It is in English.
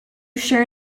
sure